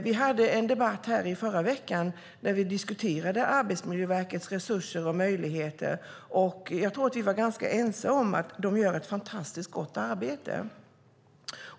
Vi hade en debatt i förra veckan där vi diskuterade Arbetsmiljöverkets resurser och möjligheter. Jag tror att vi var ganska ense om att de gör ett fantastiskt gott arbete.